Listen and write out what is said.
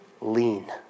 lean